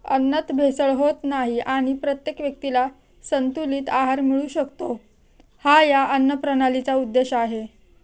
अन्नात भेसळ होत नाही आणि प्रत्येक व्यक्तीला संतुलित आहार मिळू शकतो, हा या अन्नप्रणालीचा उद्देश आहे